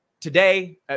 Today